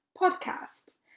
podcast